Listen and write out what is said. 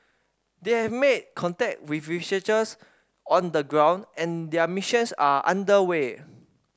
they have made contact with researchers on the ground and their missions are under way